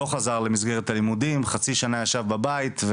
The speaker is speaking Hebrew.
לא חזר למסגרת הלימודים, חצי שנה ישב בבית,